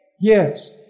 Yes